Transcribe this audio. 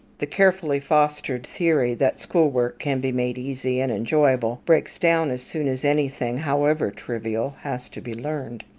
the carefully fostered theory that school-work can be made easy and enjoyable breaks down as soon as anything, however trivial, has to be learned.